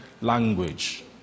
language